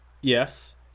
yes